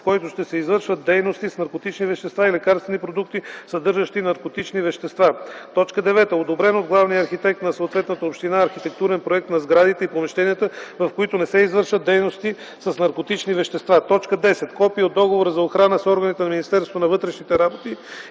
в които ще се извършват дейности с наркотични вещества и лекарствени продукти, съдържащи наркотични вещества; 9. одобрен от главния архитект на съответната община архитектурен проект на сградите и помещенията, в които ще се извършват дейности с наркотични вещества; 10. копие от договора за охрана с органите на Министерството на вътрешните работи